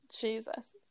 Jesus